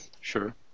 sure